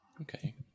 okay